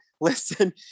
listen